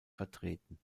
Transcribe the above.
vertreten